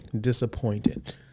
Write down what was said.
Disappointed